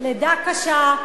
לידה קשה,